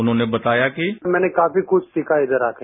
उन्होंने बताया कि मैंने काफी कुछ सीखा इघर आके